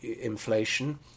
inflation